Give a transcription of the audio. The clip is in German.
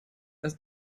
erst